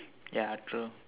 ya true